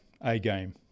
A-game